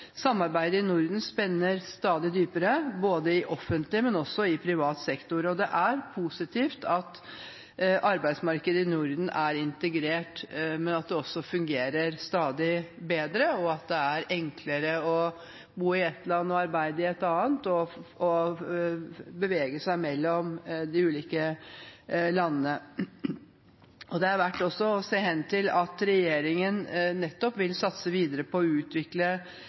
Samarbeidet i Norden spenner stadig dypere, både i offentlig og i privat sektor. Det er positivt at arbeidsmarkedet i Norden er integrert, at det fungerer stadig bedre, og at det er enklere å bo i ett land og arbeide i et annet og bevege seg mellom de ulike landene. Det er også verdt å se hen til at regjeringen nettopp vil satse videre på å utvikle